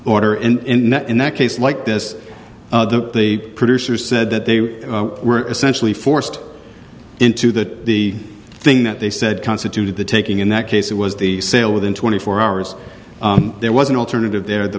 order and not in that case like this the the producers said that they were essentially forced into that the thing that they said constituted the taking in that case it was the sale within twenty four hours there was an alternative there the